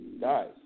guys